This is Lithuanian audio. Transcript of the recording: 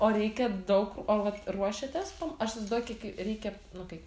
o reikia daug o vat ruošiatės pam aš izdoju kiek reikia nu kaip